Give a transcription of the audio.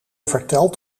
vertelt